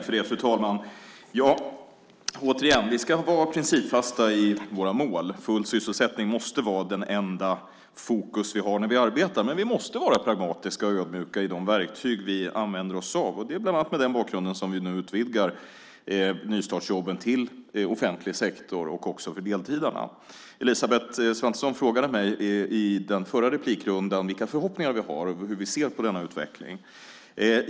Fru talman! Vi ska vara principfasta i våra mål. Full sysselsättning måste vara det enda fokus vi har när vi arbetar. Men vi måste vara pragmatiska och ödmjuka i de verktyg vi använder oss av. Det är bland annat med den bakgrunden som vi nu utvidgar nystartsjobben till offentlig sektor och också till deltidarna. Elisabeth Svantesson frågade mig vilka förhoppningar vi har och hur vi ser på denna utveckling.